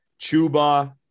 Chuba